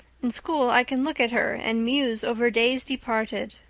in school i can look at her and muse over days departed.